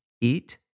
Eat